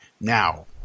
now